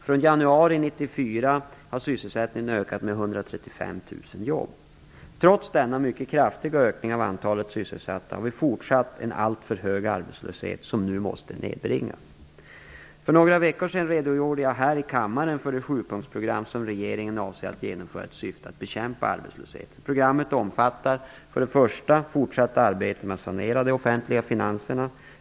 Från januari 1994 har sysselsättningen ökat med 135 000 jobb. Trots denna mycket kraftiga ökning av antalet sysselsatta har vi en fortsatt alltför hög arbetslöshet, som nu måste nedbringas. För några veckor sedan redogjorde jag här i kammaren för det sjupunktsprogram som regeringen avser att genomföra i syfte att bekämpa arbetslösheten. För det första, fortsatt arbete med att sanera de offentliga finanserna.